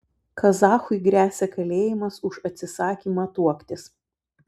kazachui gresia kalėjimas už atsisakymą tuoktis